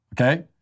Okay